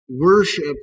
worship